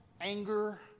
anger